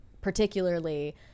particularly